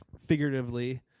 figuratively